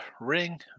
ring